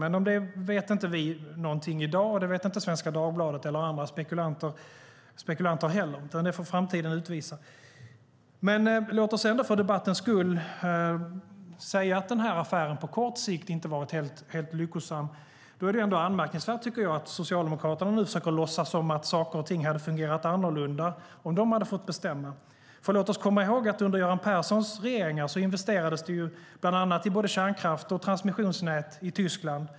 Men om det vet inte vi någonting i dag, och det vet inte Svenska Dagbladet eller andra spekulanter heller. Det får framtiden utvisa. Låt oss ändå, för debattens skull, säga att affären på kort sikt inte har varit helt lyckosam. Jag tycker då att det är anmärkningsvärt att Socialdemokraterna nu försöker låtsas som att saker och ting hade fungerat annorlunda om de hade fått bestämma. Låt oss komma ihåg att under Göran Perssons regeringar investerades det bland annat i både kärnkraft och transmissionsnät i Tyskland.